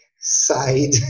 side